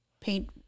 paint